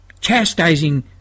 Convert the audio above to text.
chastising